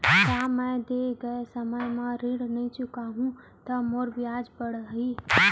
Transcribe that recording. का मैं दे गए समय म ऋण नई चुकाहूँ त मोर ब्याज बाड़ही?